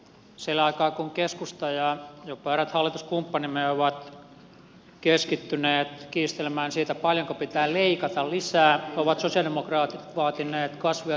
sillä aikaa kun keskusta ja jopa eräät hallituskumppanimme ovat keskittyneet kiistelemään siitä paljonko pitää leikata lisää ovat sosialidemokraatit vaatineet kasvu ja työllisyyspanostuksia